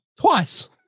twice